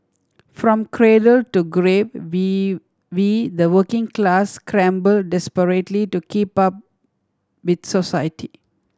from cradle to grave V we the working class scramble desperately to keep up with society